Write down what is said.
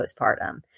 postpartum